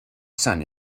son